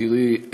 תראי,